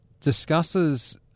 discusses